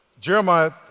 Jeremiah